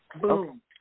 boom